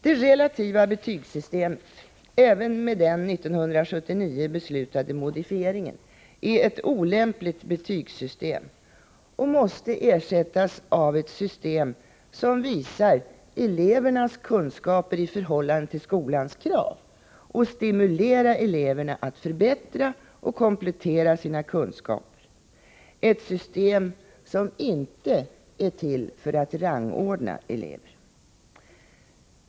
Det relativa betygssystemet — även med den 1979 beslutade modifieringen — är ett olämpligt betygssystem och måste ersättas av ett system som visar elevernas kunskaper i förhållande till skolans krav och stimulerar eleverna att förbättra och komplettera sina kunskaper, ett system som inte är till för att rangordna elever.